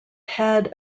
had